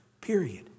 period